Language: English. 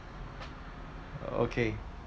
okay